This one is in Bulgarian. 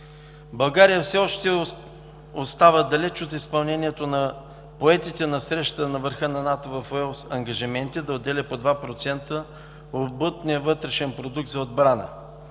България все още остава далеч от изпълнението на поетите на срещата на върха на НАТО в Уелс ангажименти да отделя по 2% от брутния вътрешен продукт за отбрана.